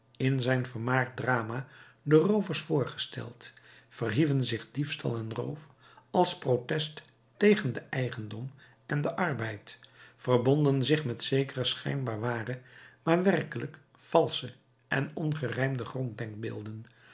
in zijn vermaard drama de roovers voorgesteld verhieven zich diefstal en roof als protest tegen den eigendom en den arbeid verbonden zich met zekere schijnbaar ware maar werkelijk valsche en ongerijmde gronddenkbeelden